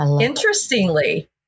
Interestingly